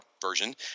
version